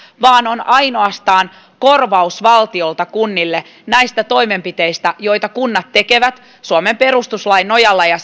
vaan on ainoastaan korvaus valtiolta kunnille näistä toimenpiteistä joita kunnat tekevät suomen perustuslain nojalla ja